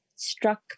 Struck